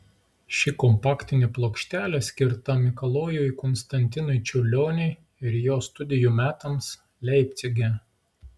ši kompaktinė plokštelė skirta mikalojui konstantinui čiurlioniui ir jo studijų metams leipcige